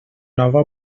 nova